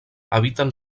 habiten